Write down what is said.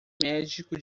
médico